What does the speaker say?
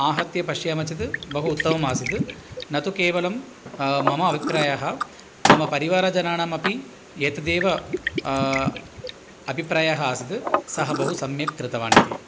आहत्य पश्यामः चेत् बहु उत्तमम् आसीत् न तु केवलं मम अभिप्रायः मम परिवारजनानामपि एतदेव अभिप्रायः आसीत् सः बहु सम्यक् कृतवानिति